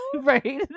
right